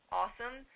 awesome